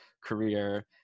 career